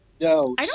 No